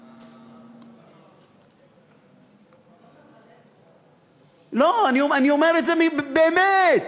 זה לא טוב ללב, לא, אני אומר את זה באמת.